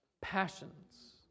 Passions